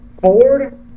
Ford